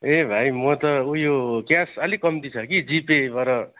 ए भाइ म त उयो क्यास अलिक कम्ती छ कि जिपेबाट